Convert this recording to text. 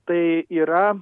tai yra